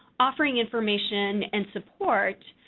offering information and support,